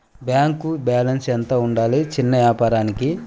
Bank balance ఎంత ఉండాలి చిన్న వ్యాపారానికి?